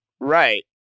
Right